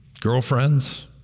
girlfriends